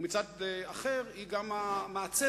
ומצד אחר היא גם המעצבת